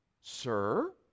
sir